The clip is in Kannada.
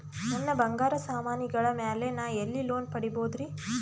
ನನ್ನ ಬಂಗಾರ ಸಾಮಾನಿಗಳ ಮ್ಯಾಲೆ ನಾ ಎಲ್ಲಿ ಲೋನ್ ಪಡಿಬೋದರಿ?